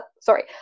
sorry